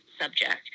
subject